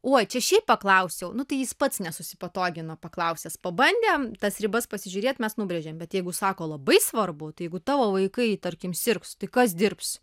oi čia šiaip paklausiau nu tai jis pats nesusipatogino paklausęs pabandė tas ribas pasižiūrėt mes nubrėžėm bet jeigu sako labai svarbu tai jeigu tavo vaikai tarkim sirgs tai kas dirbs